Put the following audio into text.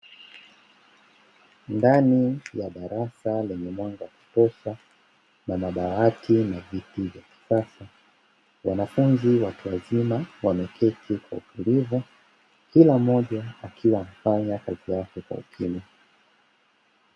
Ndani ya darasa lenye mwanga kutosha, na madawati na viti vya kisasa, wanafunzi watu wazima wameketi kwa utulivu, kila mmoja akiwa amefanya kazi yake kwa ukimya.